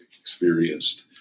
experienced